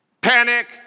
Panic